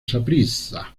saprissa